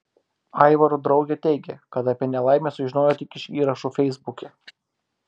aivaro draugė teigia kad apie nelaimę sužinojo tik iš įrašų feisbuke